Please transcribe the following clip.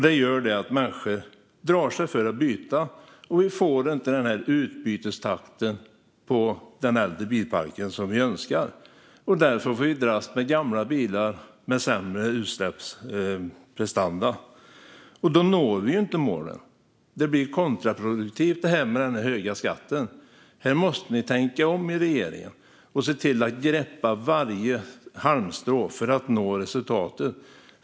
Det gör att människor drar sig för att byta bil. Vi får då inte den utbytestakt av den äldre bilparken som vi önskar. Därför får vi dras med gamla bilar med sämre utsläppsprestanda. Då når vi inte målen. Det blir kontraproduktivt med den höga skatten. Här måste regeringen tänka om och se till att greppa varje halmstrå för att nå resultat.